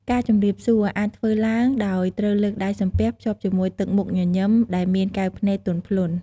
ការជម្រាបសួរ អាចធ្វើឡើងដោយត្រូវលើកដៃសំពះភ្ជាប់ជាមួយទឹកមុខញញឹមដែលមានកែវភ្នែកទន់ភ្លន់។